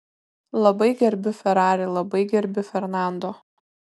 labai gerbiu ferrari labai gerbiu fernando